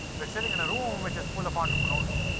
we're sitting in a room which is full of entrepreneurs,